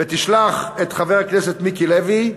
ותשלח את חבר הכנסת מיקי לוי,